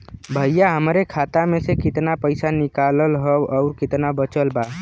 भईया हमरे खाता मे से कितना पइसा निकालल ह अउर कितना बचल बा?